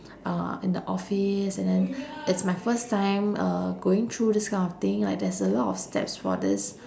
uh in the office and then it's my first time uh going through this kind of thing like there's a lot of steps for this